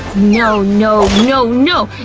no no, no, no!